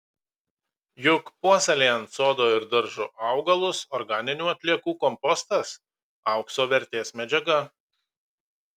juk puoselėjant sodo ir daržo augalus organinių atliekų kompostas aukso vertės medžiaga